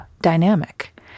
dynamic